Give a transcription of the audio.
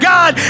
God